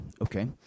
okay